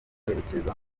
werekeza